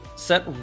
set